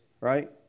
right